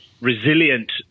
resilient